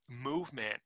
movement